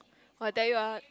!wah! I tell you ah